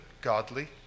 godly